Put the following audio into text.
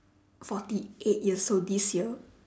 forty eight years old this year